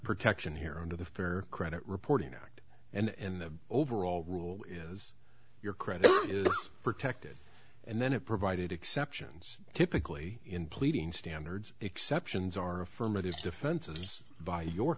protection here and of the fair credit reporting act and in the overall rule your credit is protected and then it provided exceptions typically in pleading standards exceptions are affirmative defenses by your